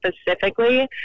specifically